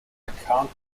account